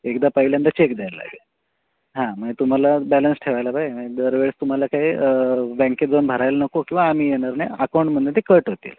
एकदा पहिल्यांदा चेक द्यायला लागेल हां मग तुम्हाला बॅलन्स ठेवायला पाहिजे मग दर वेळेस तुम्हाला काय बँकेत जाऊन भरायला नको किंवा आम्ही येणार नाही अकाऊंटमधून ते कट होतील